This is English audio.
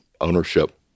ownership